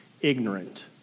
Ignorant